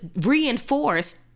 reinforced